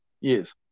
Yes